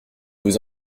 vous